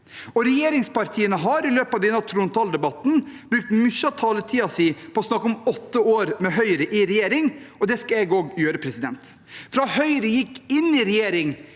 Regjeringspartiene har i løpet av denne trontaledebatten brukt mye av taletiden sin på å snakke om åtte år med Høyre i regjering, og det skal jeg også gjøre. Fra Høyre gikk inn i regjering